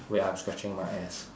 wait ah I'm scratching my ass